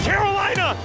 Carolina